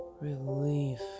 relief